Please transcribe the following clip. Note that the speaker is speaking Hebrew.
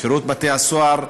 שירות בתי-הסוהר,